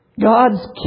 God's